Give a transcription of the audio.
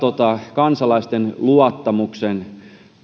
kansalaisten luottamuksen